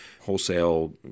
wholesale